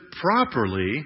properly